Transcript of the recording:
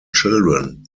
children